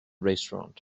restaurant